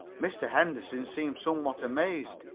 mr. henderson seemed somewhat amazed.